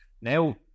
Now